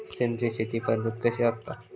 सेंद्रिय शेती पद्धत कशी असता?